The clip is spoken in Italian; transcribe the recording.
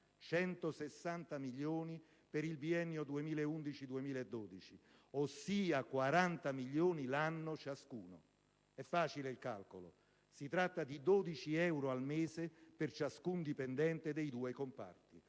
160 milioni per il biennio 2011-2012, ossia 40 milioni l'anno ciascuno. È facile il calcolo: si tratta di 12 euro al mese per ciascun dipendente dei due comparti,